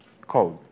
Code